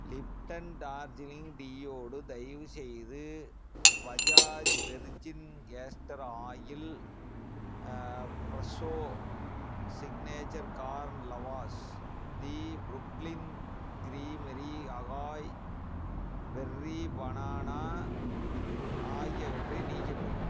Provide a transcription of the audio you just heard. Lipton Darjeeling டீயோடு தயவுசெய்து Bajaj virgin castor oil Fresho signature கார்ன்லவாஸ் the Brooklyn creamery acai berry banana ஆகியவற்றை நீக்கிவிடவும்